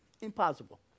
Impossible